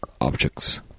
objects